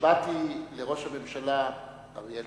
כשבאתי לראש הממשלה אריאל